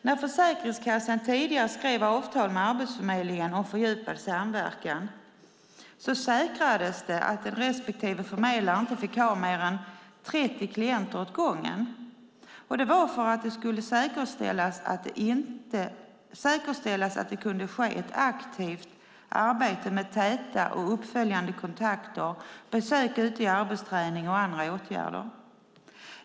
När Försäkringskassan tidigare skrev avtal med Arbetsförmedlingen om fördjupad samverkan säkrades det att respektive förmedlare inte fick ha mer än 30 klienter åt gången, detta för att säkerställa att det kunde ske ett aktivt arbete med täta kontakter och uppföljande besök ute i arbetsträning och andra åtgärder.